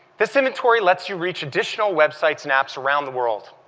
this inventory lets you reach additional web sites and apps around the world.